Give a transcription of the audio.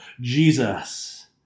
Jesus